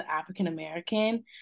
African-American